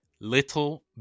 little